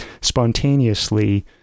spontaneously